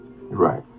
Right